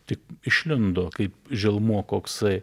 tik išlindo kaip želmuo koksai